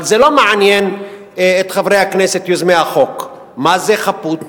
אבל זה לא מעניין את חברי הכנסת יוזמי החוק מה זה חפות.